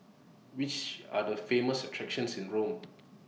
Which Are The Famous attractions in Rome